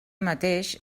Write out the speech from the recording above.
mateix